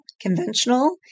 conventional